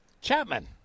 Chapman